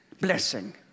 Blessing